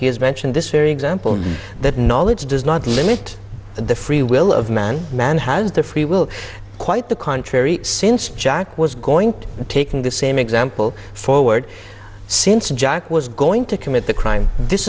has mentioned this very example that knowledge does not limit the free will of man man has the free will quite the contrary since jack was going taking this same example forward since jack was going to commit the crime this